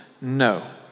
No